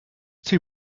too